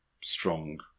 strong